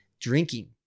drinking